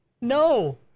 no